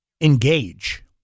engage